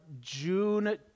June